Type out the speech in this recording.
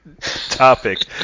topic